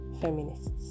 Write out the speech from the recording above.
feminists